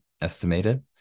estimated